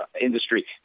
industry